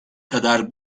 kadar